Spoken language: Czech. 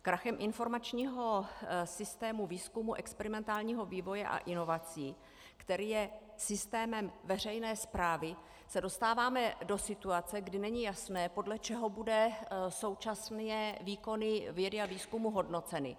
Krachem informačního systému výzkumu, experimentálního vývoje a inovací, který je systémem veřejné správy, se dostáváme do situace, kdy není jasné, podle čeho budou současné výkony vědy a výzkumu hodnoceny.